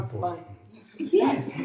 Yes